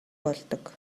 болдог